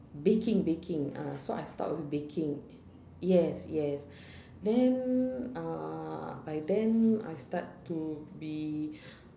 baking baking uh so I start off with baking yes yes then uh I then I start to be